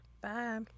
Bye